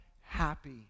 happy